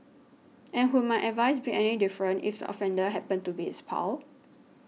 and would my advice be any different if the offender happened to be his pal